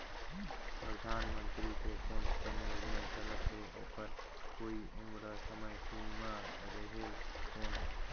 परधानमंतरी के कोन कोन योजना चलत हे ओकर कोई उम्र समय सीमा रेहेल कौन?